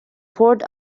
port